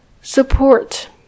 support